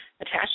attached